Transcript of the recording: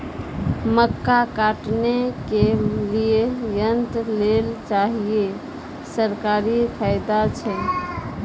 मक्का काटने के लिए यंत्र लेल चाहिए सरकारी फायदा छ?